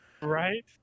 right